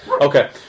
Okay